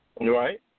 Right